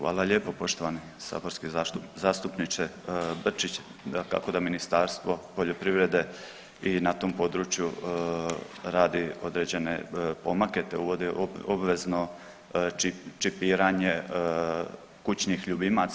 Hvala lijepo poštovani saborski zastupniče Brčić, dakako da Ministarstvo poljoprivrede i na tom području radi određene pomake, te uvodi obvezno čipiranje kućnih ljubimaca.